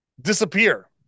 disappear